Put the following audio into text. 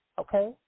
okay